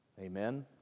Amen